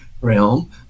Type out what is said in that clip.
realm